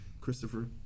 Christopher